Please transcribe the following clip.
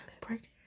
pregnant